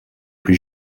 plus